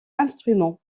instruments